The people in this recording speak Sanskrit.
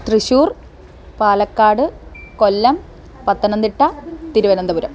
त्रिशूर् पलक्काड् कोल्लं पत्तनन्दिट्ट तिरुवनन्तपुरम्